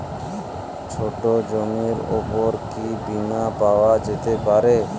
ছোট জমির উপর কি বীমা পাওয়া যেতে পারে?